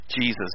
Jesus